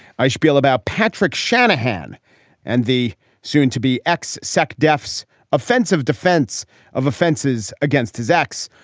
i shpiel about patrick shanahan and the soon to be ex sec defs offensive defense of offenses against his ex.